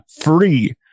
free